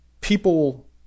people